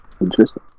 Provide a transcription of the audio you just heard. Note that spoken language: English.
Interesting